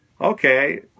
okay